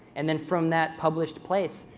and then from that published place,